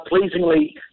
pleasingly